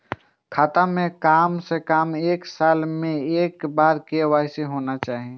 खाता में काम से कम एक साल में एक बार के.वाई.सी होना चाहि?